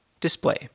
display